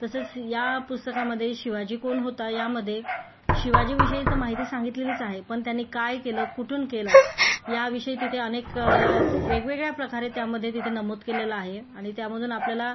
तसेच या पुस्तकामध्ये शिवाजी कोण होता यामध्ये शिवाजीविषयी तर माहिती सांगितलेलीच आहे पण त्यांनी काय केलं कुठून केलं याविषयी तिथे अनेक वेगवेगळ्या प्रकारे त्यामध्ये तिथे नमूद केलेलं आहे आणि त्यामधून आपल्याला